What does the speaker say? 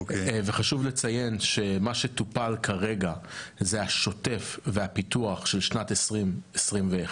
חשוב לציין שמה שטופל כרגע הוא השוטף והפיתוח של שנת 2021,